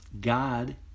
God